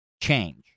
change